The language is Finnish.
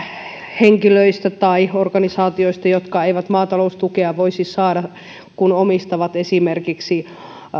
henkilöistä tai organisaatioista jotka eivät maataloustukea voisi saada kun omistavat esimerkiksi